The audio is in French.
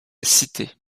cité